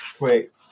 wait